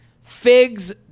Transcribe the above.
Figs